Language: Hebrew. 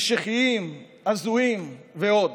משיחיים, הזויים ועוד.